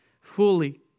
Fully